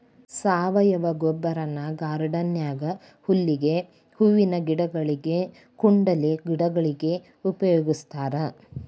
ಸಾವಯವ ಗೊಬ್ಬರನ ಗಾರ್ಡನ್ ನ್ಯಾಗ ಹುಲ್ಲಿಗೆ, ಹೂವಿನ ಗಿಡಗೊಳಿಗೆ, ಕುಂಡಲೆ ಗಿಡಗೊಳಿಗೆ ಉಪಯೋಗಸ್ತಾರ